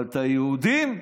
אבל את היהודים מאתיופיה,